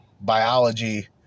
biology